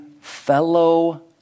fellow